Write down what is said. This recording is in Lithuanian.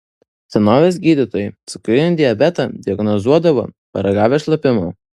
senovės gydytojai cukrinį diabetą diagnozuodavo paragavę šlapimo